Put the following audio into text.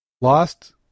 lost